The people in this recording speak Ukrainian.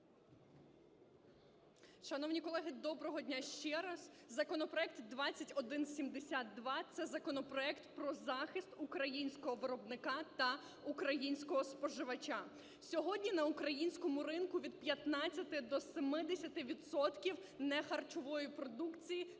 Шановні колеги, доброго дня ще раз. Законопроект 2172 - це законопроект про захист українського виробника та українського споживача. Сьогодні на українському ринку від 15 до 70 відсотків нехарчової продукції,